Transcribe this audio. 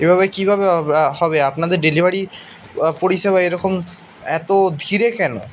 এভাবে কীভাবে হবে হবে আপনাদের ডেলিভারি পরিষেবা এরকম এত ধীরে কেন